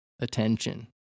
attention